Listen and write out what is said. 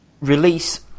release